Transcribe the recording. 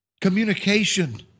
communication